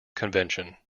convention